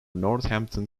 northampton